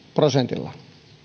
prosentilla